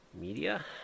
media